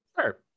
Sure